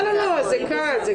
לא, לא, לא, זה כאן.